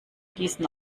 diesen